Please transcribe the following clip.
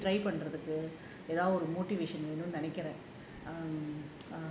பண்றதுக்கு எதாவுது ஒரு வேணுன்னு நினைக்குறேன்:pandrathuku ethavathu oru venunu ninaikuraen